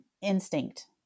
instinct